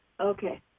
Okay